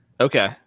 Okay